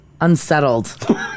unsettled